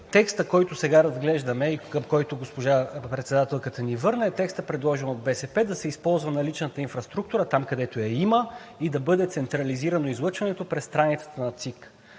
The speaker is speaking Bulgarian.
текстът, който сега разглеждаме и към който госпожа председателката ни върна. Текстът е предложен от БСП – да се използва наличната инфраструктура там, където я има, и да бъде централизирано излъчването през страницата на ЦИК.